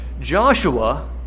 Joshua